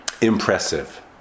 impressive